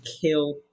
kill